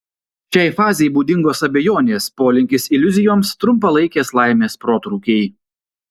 šiai fazei būdingos abejonės polinkis iliuzijoms trumpalaikės laimės protrūkiai